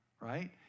right